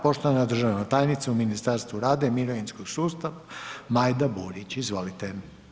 Poštovana državna tajnica u Ministarstvu rada i mirovinskog sustava Majda Burić, izvolite.